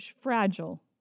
fragile